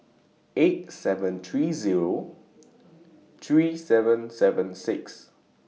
eight seven three Zero three seven seven six